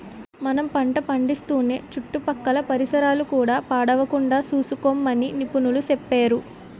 మనం పంట పండిస్తూనే చుట్టుపక్కల పరిసరాలు కూడా పాడవకుండా సూసుకోమని నిపుణులు సెప్పేరు